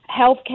healthcare